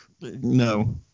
No